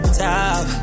top